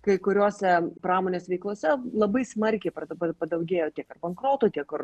kai kuriose pramonės veiklose labai smarkiai dabar padaugėjo tiek bankrotų tiek ir